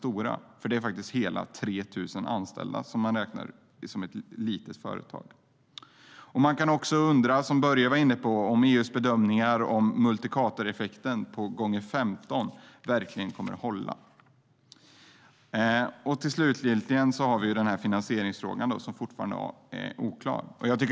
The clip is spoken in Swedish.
Ett företag med hela 3 000 anställda räknas som ett litet företag. Som Börje var inne på kan man också undra om EU:s bedömningar om en multiplikatoreffekt på 15 gånger verkligen kommer att hålla. Till slut har vi finansieringsfrågan som fortfarande är oklar.